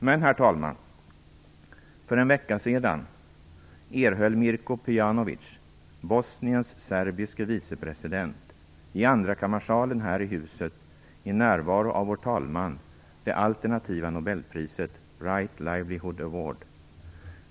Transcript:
Men, herr talman, för en vecka sedan erhöll Mirko Pejanovic, Bosniens serbiske vicepresident, det alternativa nobelpriset - The Right Livelihood Award - i andrakammarsalen här i huset i närvaro av vår talman.